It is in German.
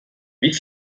wie